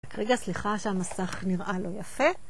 רגע, סליחה שהמסך נראה לא יפה.